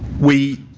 we